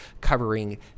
covering